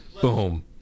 Boom